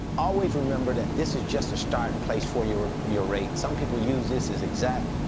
always remember that this is just a starting place for your your rate. some people use this as exact.